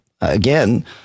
again